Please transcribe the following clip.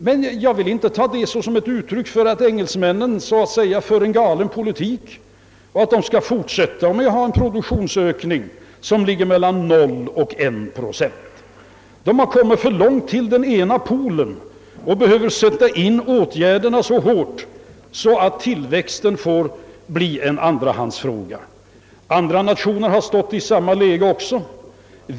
Men jag vill inte ta detta som ett uttryck för att engelsmännen för en galen politik och att de skall fortsätta att ha en produktionsökning som ligger mellan 0 och 1 procent. De har kommit för långt mot den ena polen och behöver sätta in åtgärderna så hårt att produktionstillväxten får bli en andrahandsfråga. Andra nationer har varit i samma läge.